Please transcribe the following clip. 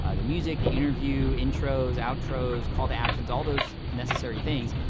ah the music, the interview, intros, outros, call to actions, all those necessary things,